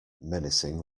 menacing